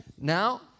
Now